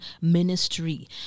ministry